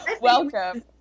welcome